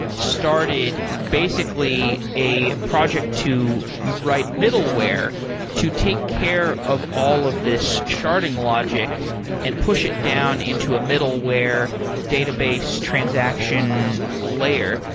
started basically a project to write middleware to take care of all of these sharding logic and push it down into a middleware database transaction layer.